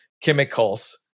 chemicals